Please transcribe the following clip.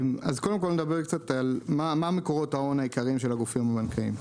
נדבר קצת על מה מקורות ההון העיקריים של הגופים הבנקאיים,